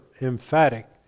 emphatic